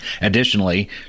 Additionally